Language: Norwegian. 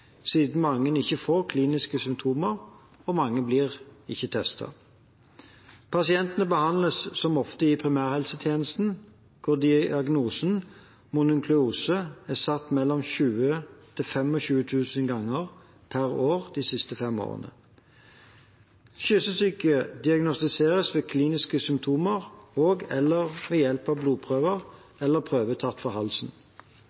siden mange ikke får kliniske symptomer og mange ikke blir testet. Pasientene behandles som oftest i primærhelsetjenesten, hvor diagnosen «mononukleose» er satt mellom 20 000 og 25 000 ganger per år de siste fem årene. Kyssesyke diagnostiseres ved kliniske symptomer og/eller ved hjelp av